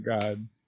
God